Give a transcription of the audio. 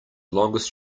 longest